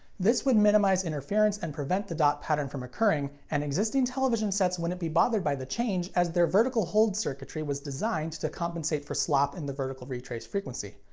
this would minimize interference and prevent the dot pattern from occurring, and existing television sets wouldn't be bothered by the change as their vertical hold circuitry was designed to compensate for slop in the vertical retrace frequency.